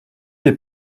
les